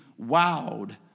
wowed